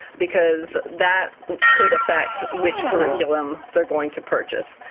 because that could affect which curriculum they're going to purchase.